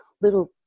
little